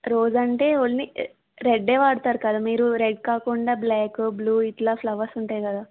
rose అంటే only రెడ్డే వాడుతారు కదా మీరు రెడ్ కాకుండా బ్లాక్ బ్లూ ఇలా ఫ్లవర్స్ ఉంటాయి కదా